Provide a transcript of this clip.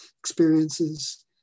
experiences